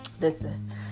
Listen